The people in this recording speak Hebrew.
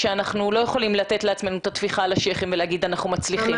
שאנחנו לא יכולים לתת לעצמנו את הטפיחה על השכם ולומר שאנחנו מצליחים.